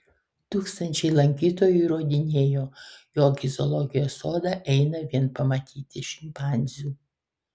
tūkstančiai lankytojų įrodinėjo jog į zoologijos sodą eina vien pamatyti šimpanzių